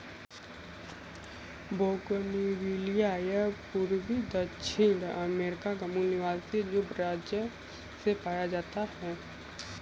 bougainvillea यह पूर्वी दक्षिण अमेरिका का मूल निवासी है, जो ब्राज़ से पाया जाता है